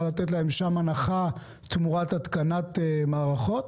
לתת להם שם הנחה תמורת התקנת מערכות?